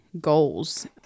goals